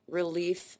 relief